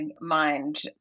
mind